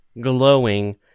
glowing